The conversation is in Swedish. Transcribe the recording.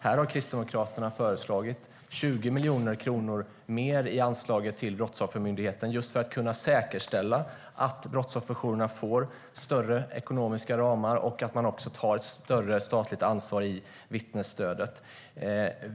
Här har Kristdemokraterna föreslagit 20 miljoner kronor mer i anslaget till Brottsoffermyndigheten just för att kunna säkerställa att brottsofferjourerna får större ekonomiska ramar och att man också tar ett större statligt ansvar när det gäller vittnesstödet.